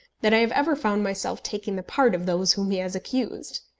that i have ever found myself taking the part of those whom he has accused.